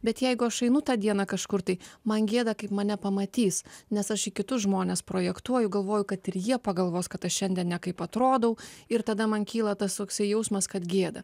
bet jeigu aš einu tą dieną kažkur tai man gėda kaip mane pamatys nes aš į kitus žmones projektuoju galvoju kad ir jie pagalvos kad aš šiandien nekaip atrodau ir tada man kyla tas toksai jausmas kad gėda